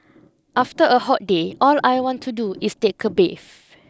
after a hot day all I want to do is take a bath